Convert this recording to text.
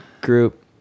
group